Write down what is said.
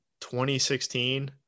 2016